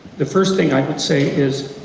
the first thing i would say is,